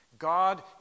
God